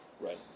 Right